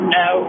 no